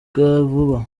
vuba